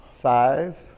Five